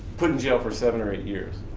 put in jail for seven or eight years.